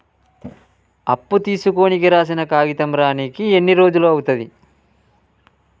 అప్పు తీసుకోనికి రాసిన కాగితం రానీకి ఎన్ని రోజులు అవుతది?